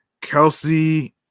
Kelsey